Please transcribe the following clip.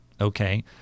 Okay